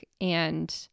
and-